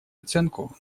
оценку